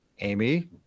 amy